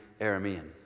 Aramean